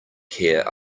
care